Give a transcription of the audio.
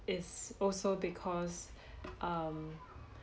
is also because um